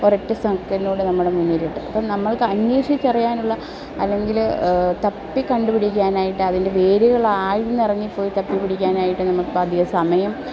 ഒരൊറ്റ സെക്കൻലൂടെ നമ്മുടെ മുന്നിലെത്തും അപ്പം നമ്മൾക്ക് അന്വേഷിച്ചറിയാനുള്ള അല്ലെങ്കിൽ തപ്പി കണ്ടുപിടിക്കാനായിട്ട് അതിൻ്റെ വേരുകൾ ആഴ്ന്നിറങ്ങിപ്പോയി തപ്പി പിടിക്കാനായിട്ട് നമുക്ക് അധിക സമയം